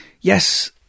Yes